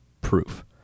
proof